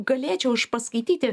galėčiau aš paskaityti